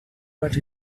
but